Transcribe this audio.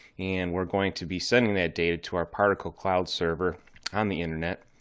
and we're going to be sending that data to our particle cloud server on the internet.